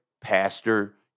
Pastor